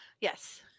Yes